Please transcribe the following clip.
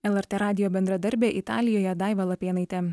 lrt radijo bendradarbė italijoje daiva lapėnaitė